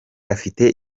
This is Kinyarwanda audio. afite